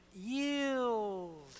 yield